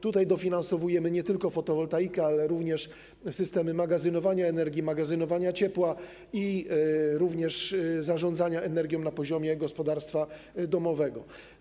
Tutaj dofinansowujemy nie tylko fotowoltaikę, ale również systemy magazynowania energii, magazynowania ciepła, również zarządzania energią na poziomie gospodarstwa domowego.